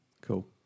cool